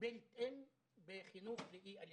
בהתאם בחינוך לאי-אלימות.